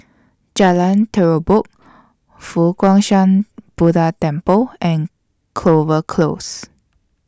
Jalan Terubok Fo Guang Shan Buddha Temple and Clover Close